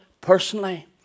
personally